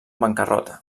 bancarrota